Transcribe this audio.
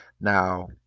Now